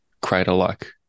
crater-like